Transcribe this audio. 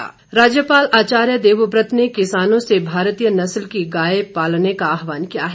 राज्यपाल राज्यपाल आचार्य देवव्रत ने किसानों से भारतीय नस्ल की गाय पालने का आहवान किया है